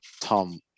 Tom